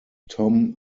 tom